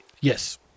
Yes